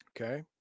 Okay